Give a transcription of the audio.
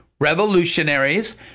revolutionaries